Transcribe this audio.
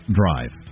drive